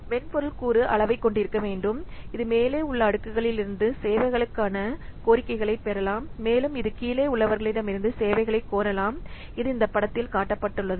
மென்பொருள் கூறு அளவைக் கொண்டிருக்க வேண்டும் இது மேலே உள்ள அடுக்குகளிலிருந்து சேவைகளுக்கான கோரிக்கைகளைப் பெறலாம் மேலும் இது கீழே உள்ளவர்களிடமிருந்து சேவைகளைக் கோரலாம் இது இந்த படத்தில் காட்டப்பட்டுள்ளது